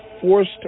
forced